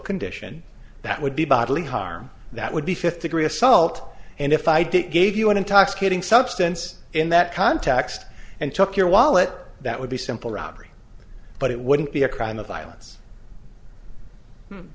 condition that would be bodily harm that would be fifty three assault and if i did gave you an intoxicating substance in that context and took your wallet that would be simple robbery but it wouldn't be a crime of violence